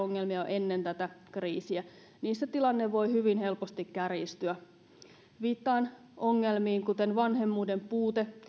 ennen tätä kriisiä niissä tilanne voi hyvin helposti kärjistyä viittaan ongelmiin kuten vanhemmuuden puute